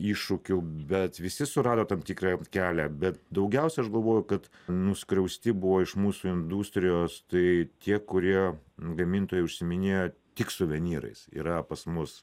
iššūkių bet visi surado tam tikrą kelią bet daugiausia aš galvoju kad nuskriausti buvo iš mūsų industrijos tai tie kurie gamintojai užsiiminėjo tik suvenyrais yra pas mus